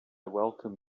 welcome